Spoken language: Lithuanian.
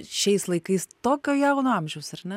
šiais laikais tokio jauno amžiaus ar ne